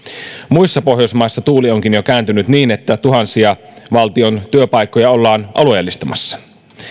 muissa pohjoismaissa tuuli onkin jo kääntynyt niin että tuhansia valtion työpaikkoja ollaan alueellistamassa